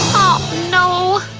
no!